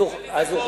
אז הוא, את הכול.